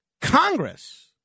Congress